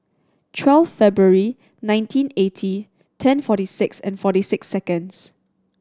twelfth Feburary nineteen eighty ten forty six and forty six seconds